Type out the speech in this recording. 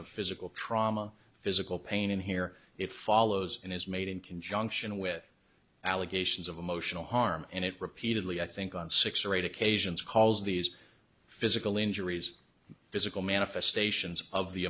of physical trauma physical pain in here it follows and is made in conjunction with allegations of emotional harm and it repeatedly i think on six or eight occasions calls these physical injuries physical manifestations of the